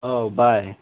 ꯑꯧ ꯕꯥꯏ